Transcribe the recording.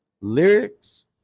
lyrics